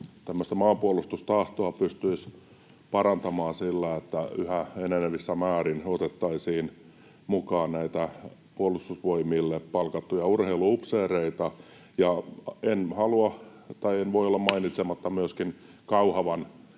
että maanpuolustustahtoa pystyisi parantamaan sillä, että yhä enenevässä määrin otettaisiin mukaan näitä Puolustusvoimille palkattuja urheilu-upseereita, ja en halua tai en voi olla mainitsematta myöskin Kauhavan